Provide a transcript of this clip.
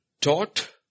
taught